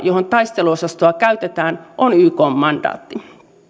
johon taisteluosastoa käytetään on ykn mandaatti